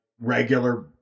regular